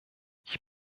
ich